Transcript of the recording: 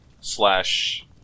slash